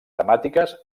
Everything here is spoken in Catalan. temàtiques